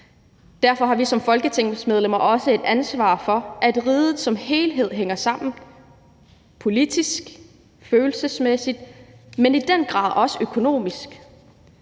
Derfor har vi som folketingsmedlemmer også et ansvar for, at riget som helhed hænger sammen, politisk, følelsesmæssigt, men i den grad også økonomisk,